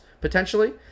potentially